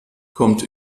kommt